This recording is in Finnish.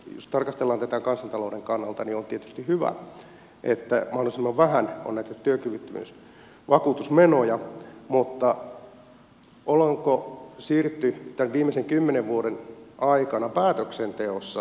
jos tarkastellaan tätä kansantalouden kannalta on tietysti hyvä että mahdollisimman vähän on näitä työkyvyttömyysvakuutusmenoja mutta ollaanko siirrytty näiden viimeisten kymmenen vuoden aikana päätöksenteossa